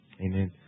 Amen